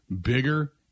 bigger